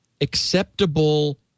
acceptable